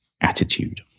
attitude